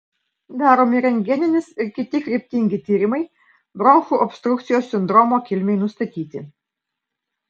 daromi rentgeninis ir kiti kryptingi tyrimai bronchų obstrukcijos sindromo kilmei nustatyti